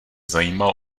zajímal